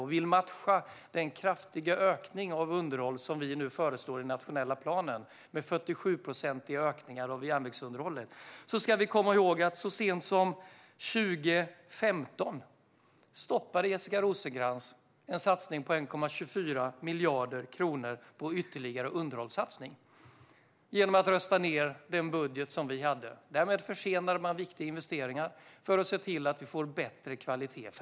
Man vill matcha den kraftiga ökning av underhållet som vi nu föreslår i den nationella planen med 47-procentiga ökningar av järnvägsunderhållet. Men vi ska komma ihåg att Jessica Rosencrantz så sent som 2015 stoppade en ytterligare underhållssatsning på 1,24 miljarder kronor genom att rösta ned den budget vi hade. Därmed försenade man viktiga investeringar i bättre kvalitet.